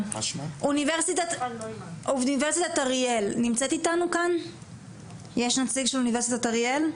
יש כאן נציג של אוניברסיטת אריאל?